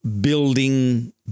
building